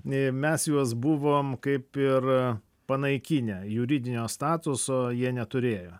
e mes juos buvome kaip ir panaikinę juridinio statuso jie neturėjo